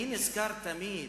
אני נזכר תמיד,